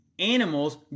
Animals